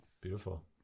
Beautiful